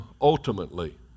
ultimately